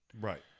Right